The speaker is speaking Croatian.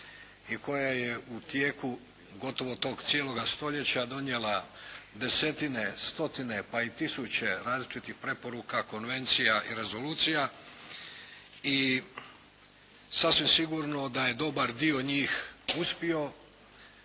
i koja je u tijeku gotovo tog cijeloga stoljeća donijela desetine, stotine pa i tisuće različitih preporuka, konvencija i rezolucija i sasvim sigurno da je dobar dio njih uspio